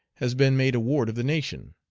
has been made a ward of the nation.